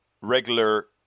Regular